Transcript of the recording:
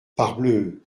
parbleu